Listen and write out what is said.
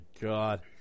god